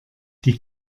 die